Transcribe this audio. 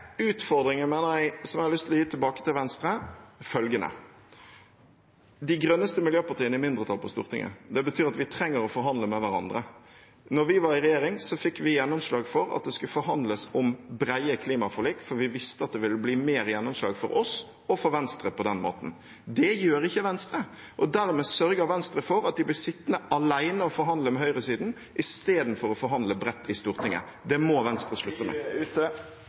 utfordringen, mener jeg, og som jeg har lyst til å gi tilbake til Venstre, følgende: De grønneste miljøpartiene er i mindretall på Stortinget. Det betyr at vi trenger å forhandle med hverandre. Da vi var i regjering, fikk vi gjennomslag for at det skulle forhandles om brede klimaforlik, for vi visste at det ville bli mer gjennomslag for oss og for Venstre på den måten. Det gjør ikke Venstre. Dermed sørger Venstre for at de blir sittende alene og forhandle med høyresiden i stedet for å forhandle bredt i Stortinget. Det må Venstre